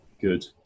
good